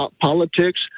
politics